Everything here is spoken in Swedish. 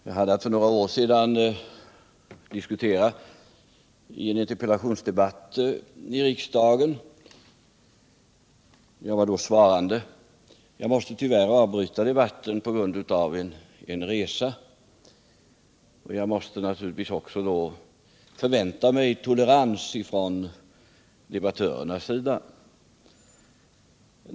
Herr talman! För några år sedan hade jag att delta i en interpellationsdebatt i riksdagen. Jag var då svarande. Tyvärr nödgades jag avbryta debatten på grund av en resa, och jag måste naturligtvis då förvänta mig tolerans från meddebattörernas sida.